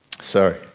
Sorry